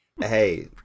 Hey